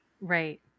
Right